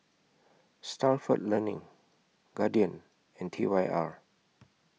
Stalford Learning Guardian and T Y R